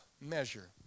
measure